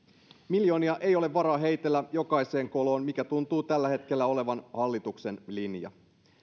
miljoonia ei ole varaa heitellä jokaiseen koloon mikä tuntuu tällä hetkellä olevan hallituksen linja